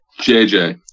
JJ